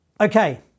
Okay